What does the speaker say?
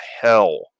hell